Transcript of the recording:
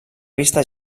vista